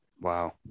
wow